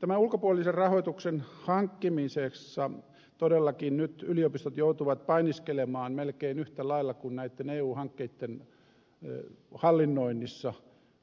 tämän ulkopuolisen rahoituksen hankkimisessa todellakin nyt yliopistot joutuvat painiskelemaan melkein yhtä lailla kuin näitten eu hankkeitten hallinnoinnissa